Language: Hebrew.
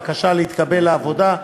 בקשה להתקבל לעבודה,